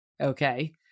Okay